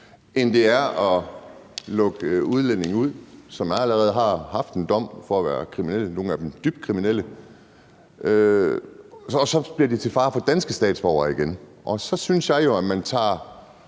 end det er at lukke udlændinge ud, som allerede har haft en dom for at være kriminelle – nogle af dem er dybt kriminelle – og som så igen bliver til fare for danske statsborgere. Så synes jeg jo også, at man tager